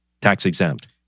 tax-exempt